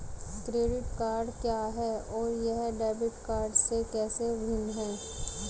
Credit card क्या है और यह डेबिट कार्ड से कैसे भिन्न है?